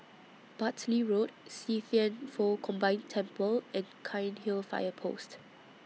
Bartley Road See Thian Foh Combined Temple and Cairnhill Fire Post